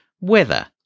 Weather